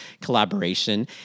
collaboration